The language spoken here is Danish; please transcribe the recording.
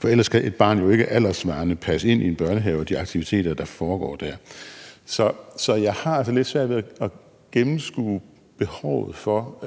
for ellers kan man jo ikke alderssvarende passe ind i de aktiviteter, der foregår der. Så jeg har altså lidt svært ved at gennemskue behovet for